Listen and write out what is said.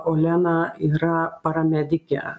olena yra paramedikė